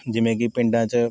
ਜਿਵੇਂ ਕਿ ਪਿੰਡਾਂ 'ਚ